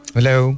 Hello